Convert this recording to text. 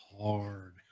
hard